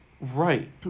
Right